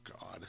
God